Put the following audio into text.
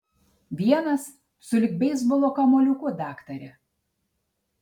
vienas sulig beisbolo kamuoliuku daktare